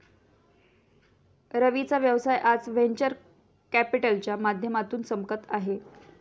रवीचा व्यवसाय आज व्हेंचर कॅपिटलच्या माध्यमातून चमकत आहे